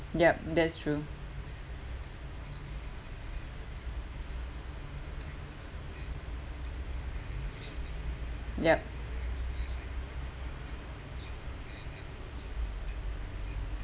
yup that's true yup